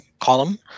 column